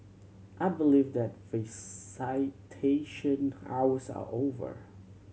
I believe that hours are over